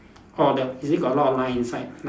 orh the is it got a lot of line inside like